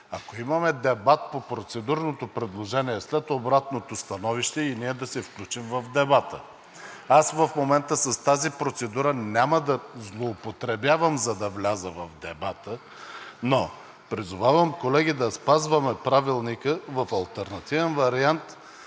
Ако имаме дебат по процедурното предложение след обратното становище, и ние да се включим в дебата. Аз в момента с тази процедура няма да злоупотребявам, за да вляза в дебата, но призовавам, колеги, да спазваме Правилника. В алтернативен вариант